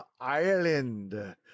Ireland